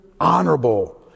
honorable